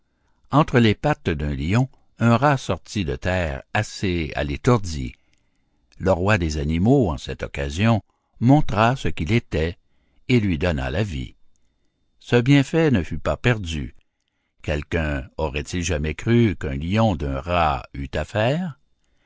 entre les pattes d'un lion un rat sortit de terre assez à l'étourdie le roi des animaux en cette occasion montra ce qu'il était et lui donna la vie ce bienfait ne fut pas perdu quelqu'un aurait-il jamais cru qu'un lion d'un rat eût